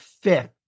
fifth